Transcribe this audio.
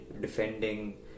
defending